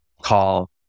Call